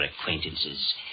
acquaintances